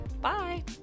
Bye